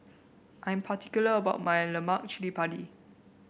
I'm particular about my Lemak Cili Padi